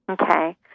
Okay